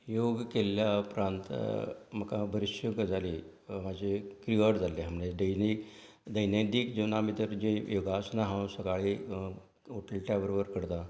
योग केल्ले उपरांत म्हाका बरेचश्यो गजाली म्हाजी क्युअर जाल्ली आहा म्हणजे डेली दैनिकदीक जिवनां भितर जे योगासनां हांव सकाळीं उठले ते बरोबर करतां